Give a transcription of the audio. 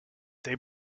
they